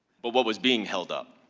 but what was being held up?